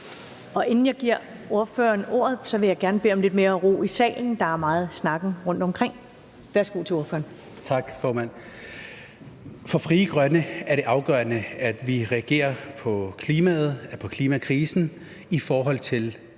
Inden jeg giver ordføreren ordet, vil jeg gerne bede om lidt mere ro i salen. Der er meget snakken rundtomkring. Værsgo til ordføreren. Kl. 21:21 Sikandar Siddique (UFG): Tak, formand. For Frie Grønne er det afgørende, at vi reagerer på klimakrisen i forhold til